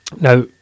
Now